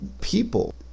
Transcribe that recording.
people